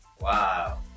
Wow